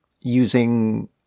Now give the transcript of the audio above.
using